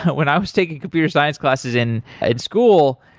when i was taking computer science classes in ed school,